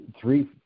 three –